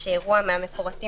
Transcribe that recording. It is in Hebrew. אנחנו מבקשים לומר שאירוע אחד,